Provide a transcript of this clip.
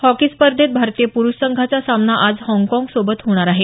hockey स्पर्धेत भारतीय प्रुष संघाचा सामना आज हाँगकाँग सोबत होणार आहे